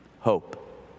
Hope